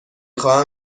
خواهم